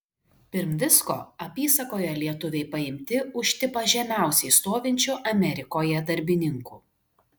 pirm visko apysakoje lietuviai paimti už tipą žemiausiai stovinčių amerikoje darbininkų